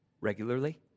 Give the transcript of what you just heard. regularly